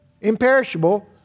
Imperishable